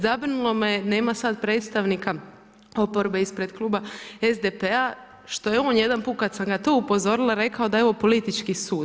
Zabrinulo me, nema sad predstavnika oporbe ispred kluba SDP-a što je on jedan put kad sam ga tu upozorila, rekao da je ovo politički sud.